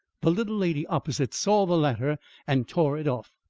the little lady opposite, saw the latter and tore it off.